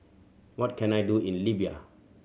what can I do in Libya